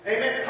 Amen